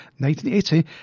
1980